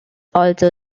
also